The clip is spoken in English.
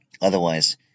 Otherwise